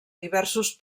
diversos